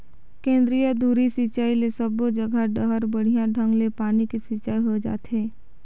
केंद्रीय धुरी सिंचई ले सबो जघा डहर बड़िया ढंग ले पानी के सिंचाई होय जाथे